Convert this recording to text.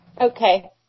Okay